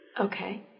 Okay